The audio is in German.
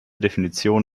definition